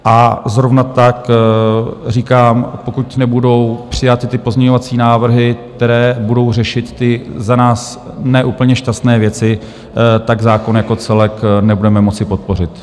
A zrovna tak říkám, pokud nebudou přijaty ty pozměňovací návrhy, které budou řešit ty za nás ne úplně šťastné věci, zákon jako celek nebudeme moci podpořit.